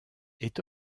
est